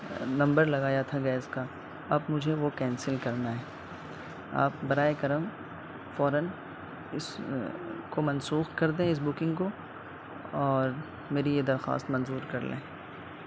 number لگایا تھا gas کا اب مجھے وہ کینسل کرنا ہے آپ برائے کرم فوراً اس کو منسوخ کر دیں اس بکنگ کو اور میری یہ درخواست منظور کر لیں